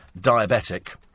diabetic